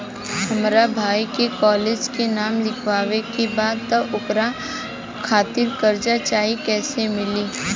हमरा भाई के कॉलेज मे नाम लिखावे के बा त ओकरा खातिर कर्जा चाही कैसे मिली?